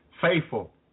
faithful